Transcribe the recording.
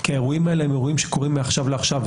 כי האירועים האלה הם אירועים שקורים מעכשיו לעכשיו.